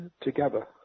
together